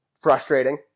Frustrating